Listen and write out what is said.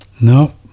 No